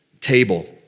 table